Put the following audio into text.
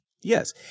Yes